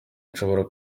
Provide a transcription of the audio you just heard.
nshobora